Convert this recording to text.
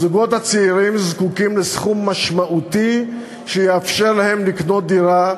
הזוגות הצעירים זקוקים לסכום משמעותי שיאפשר להם לקנות דירה,